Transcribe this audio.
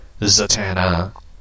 Zatanna